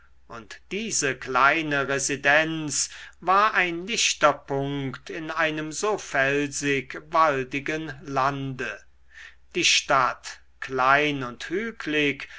und diese kleine residenz war ein lichter punkt im einem so felsig waldigen lande die stadt klein und hüglig